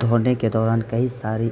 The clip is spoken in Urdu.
دھورنے کے دوران کئی ساری